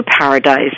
Paradise